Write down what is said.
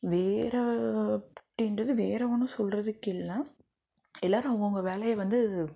வேறு அப்படின்றது வேறு ஒன்றும் சொல்கிறதுக்கு இல்லை எல்லாரும் அவங்கவுங்க வேலையை வந்து